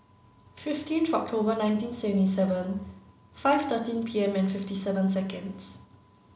fifteenth October nineteen seventy seven five thirteen P M and fifty seven seconds